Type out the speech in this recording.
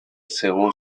según